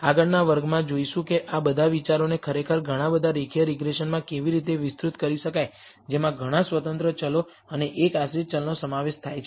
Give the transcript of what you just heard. આગળનો વર્ગમાં જોઈશું કે આ બધા વિચારોને ખરેખર ઘણા બધા રેખીય રીગ્રેસનમાં કેવી રીતે વિસ્તૃત કરી શકાય જેમાં ઘણા સ્વતંત્ર ચલો અને એક આશ્રિત ચલનો સમાવેશ થાય છે